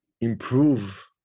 improve